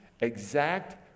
exact